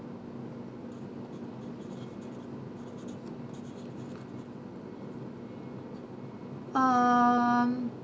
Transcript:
um